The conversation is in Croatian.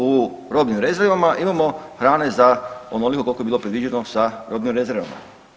U robnim rezervama imamo hrane za onoliko koliko je bilo predviđeno sa robnim rezervama.